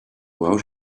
out